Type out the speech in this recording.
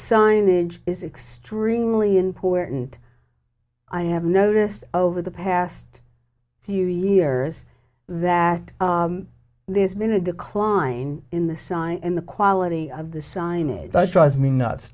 signage is extremely important i have noticed over the past few years that there's been a decline in the sun and the quality of the signage that drives me nuts